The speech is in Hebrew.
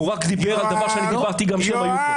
הוא רק דיבר על דבר שאני דיברתי גם כשהם היו פה.